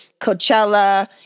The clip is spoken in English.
Coachella